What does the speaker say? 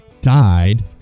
died